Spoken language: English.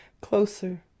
Closer